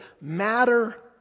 Matter